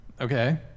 okay